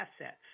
assets